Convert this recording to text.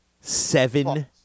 Seven